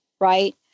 right